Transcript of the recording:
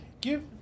give